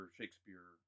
Shakespeare